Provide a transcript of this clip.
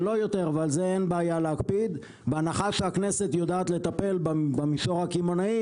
ועל זה אין בעיה להקפיד בהנחה שהכנסת יודעת לטפל במישור הקמעונאי